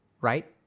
Right